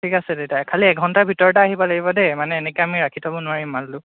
ঠিক আছে তেতিয়া খালি এঘণ্টাৰ ভিতৰতে আহিব লাগিব দেই মানে এনেকৈ আমি ৰাখি থ'ব নোৱাৰিম মালটো